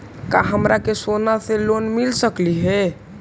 का हमरा के सोना से लोन मिल सकली हे?